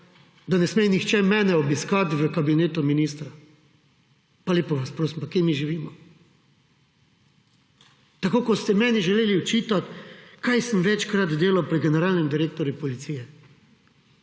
da ne sme nihče mene obiskati v kabinetu ministra. Pa lepo vas prosim, pa kje mi živimo. Tako kot ste meni želeli očitati, kaj sem večkrat delal pri generalnem direktorju policije.